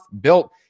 built